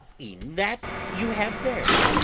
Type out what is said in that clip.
e'en that you have there.